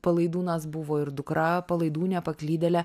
palaidūnas buvo ir dukra palaidūnė paklydėlė